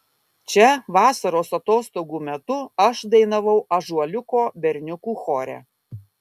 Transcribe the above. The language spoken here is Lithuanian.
čia vasaros atostogų metu aš dainavau ąžuoliuko berniukų chore